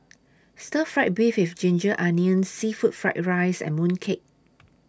Stir Fry Beef with Ginger Onions Seafood Fried Rice and Mooncake